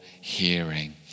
hearing